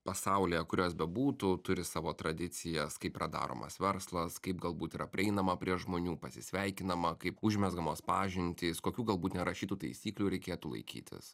pasaulyje kur jos bebūtų turi savo tradicijas kaip yra daromas verslas kaip galbūt yra prieinama prie žmonių pasisveikinama kaip užmezgamos pažintys kokių galbūt nerašytų taisyklių reikėtų laikytis